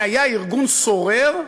שזה היה ארגון סורר,